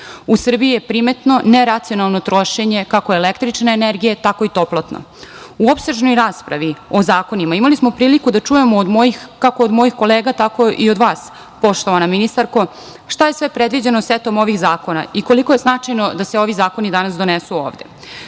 U Srbiji je primetno neracionalno trošenje, kako električne energije, tako i toplotne.U opsežnoj raspravi o zakonima imali smo priliku da čujemo, kako od mojih kolega tako i od vas, poštovana ministarko šta je sve predviđeno setom ovih zakona i koliko je značajno da se ovi zakoni danas donesu ovde,